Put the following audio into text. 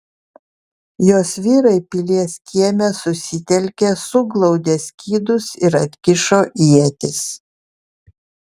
jos vyrai pilies kieme susitelkė suglaudė skydus ir atkišo ietis